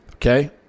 Okay